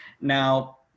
Now